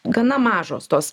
gana mažos tos